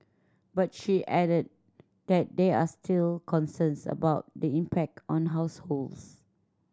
but she added that there are still concerns about the impact on households